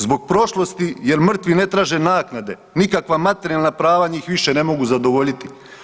Zbog prošlosti jer mrtvi ne traže naknade, nikakva materijalna prava njih više ne mogu zadovoljiti.